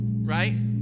right